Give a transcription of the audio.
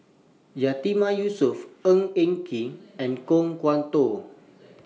Yatiman Yusof Ng Eng Kee and Kan Kwok Toh